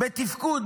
בתפקוד,